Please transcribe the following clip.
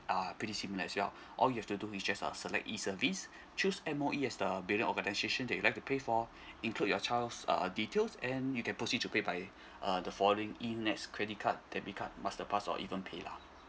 are pity similar as well all you have to do is just uh select e service choose M_O_E as the billing organisation that you'd like to pay for include your child's uh details and you can proceed to pay by uh the following enets credit card debit card masterpass or even paylah